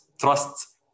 trust